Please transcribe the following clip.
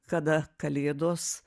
kada kalėdos